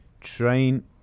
train